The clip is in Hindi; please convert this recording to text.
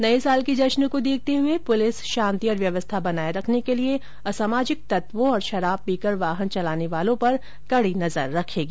नये साल के जश्न को देखते हुए पुलिस शांति और व्यवस्था बनाये रखने के लिये असामाजिक तत्वों और शराब पीकर वाहन चलाने वालों पर कड़ी नजर रखेगी